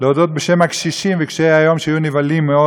להודות בשם הקשישים וקשי-היום שהיו נבהלים מאוד